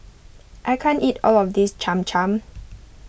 I can't eat all of this Cham Cham